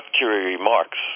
remarks